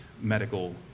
medical